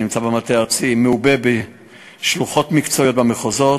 שנמצא במטה הארצי ומעובה בשלוחות מקצועיות במחוזות,